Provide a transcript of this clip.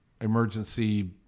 emergency